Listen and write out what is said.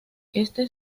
este